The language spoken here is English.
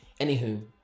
Anywho